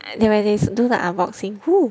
like when they do the unboxing !woo!